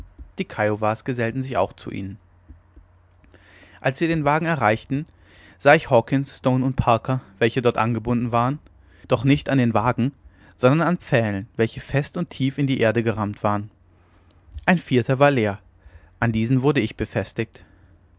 die kiowas gesellten sich auch zu ihnen als wir den wagen erreichten sah ich hawkens stone und parker welche dort angebunden waren doch nicht an den wagen sondern an pfählen welche fest und tief in die erde gerammt waren ein vierter war leer an diesen wurde ich befestigt